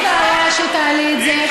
בסדר, אין לי בעיה שתעלי את זה.